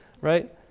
right